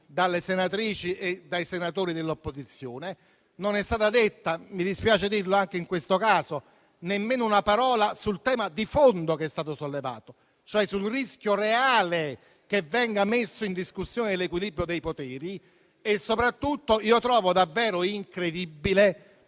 dalle senatrici e dai senatori dell'opposizione. Non è stata detta - mi dispiace dirlo anche in questo caso - nemmeno una parola sul tema di fondo che è stato sollevato, cioè sul rischio reale che venga messo in discussione l'equilibrio dei poteri. Soprattutto, trovo davvero incredibile